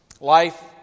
Life